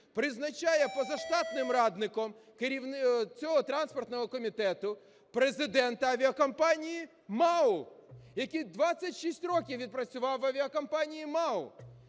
призначає позаштатним радником цього транспортного комітету президента авіакомпанії МАУ, який 26 років відпрацював в авіакомпанії МАУ.